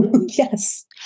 Yes